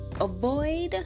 avoid